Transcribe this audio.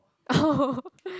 oh